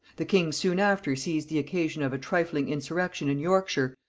the king soon after seized the occasion of a trifling insurrection in yorkshire,